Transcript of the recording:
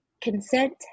consent